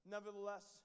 Nevertheless